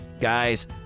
guys